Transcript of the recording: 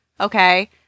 okay